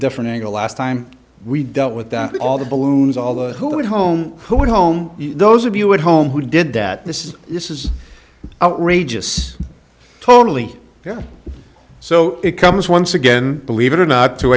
different angle last time we dealt with that all the balloons all those who were home who were home those of you would home who did that this is this is outrageous totally yeah so it comes once again believe it or not to